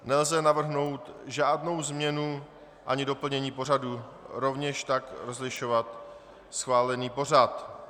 Nelze navrhnout žádnou změnu ani doplnění pořadu, rovněž tak rozšiřovat schválený pořad.